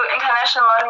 International